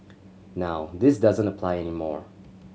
now this doesn't apply any more